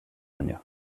años